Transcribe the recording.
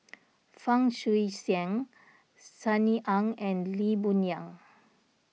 Fang Guixiang Sunny Ang and Lee Boon Yang